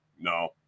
no